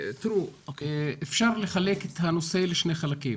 תראו, אפשר לחלק את הנושא לשני חלקים.